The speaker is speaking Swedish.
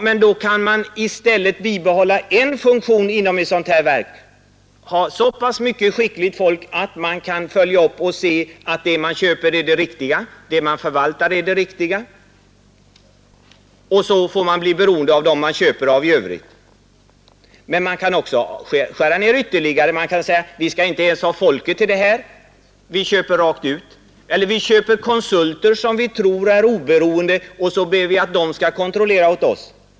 Men då kan man i stället bibehålla en funktion inom ett sådant här verk, ha så pass mycket skickligt folk att man kan följa upp det hela och se att det man köper är det riktiga, och så får man bli beroende av dem man köper av i övrigt. Man kan emellertid skära ned ytterligare och säga: Vi skall inte ens ha folket till det här — vi köper rakt ut, eller vi köper konsulter som vi tror är oberoende, och så ber vi dem kontrollera åt oss.